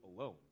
alone